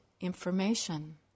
information